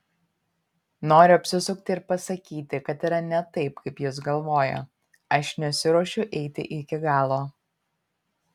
noriu apsisukti ir pasakyti kad yra ne taip kaip jis galvoja aš nesiruošiu eiti iki galo